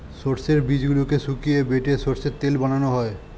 সর্ষের বীজগুলোকে শুকিয়ে বেটে সর্ষের তেল বানানো হয়